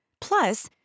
Plus